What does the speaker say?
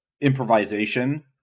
improvisation